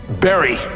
Barry